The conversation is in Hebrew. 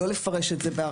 לא לפרש את זה בהרחבה,